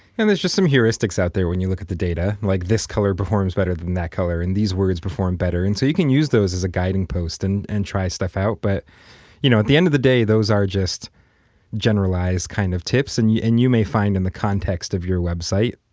and there's just some heuristics out there when you look at the data, like this color performs better than that color. these words performed better. and so you can use those as guiding post and and try stuff out but you know at the end of the day those are just generalized kind of tips. and you and you may find in the context of your website,